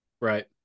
Right